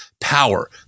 power